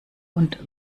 und